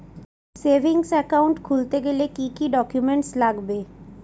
Savings account খুলতে গেলে কি কি ডকুমেন্টস লাগবে?